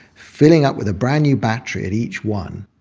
filling up with a brand new battery at each one,